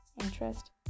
interest